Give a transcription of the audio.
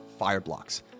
Fireblocks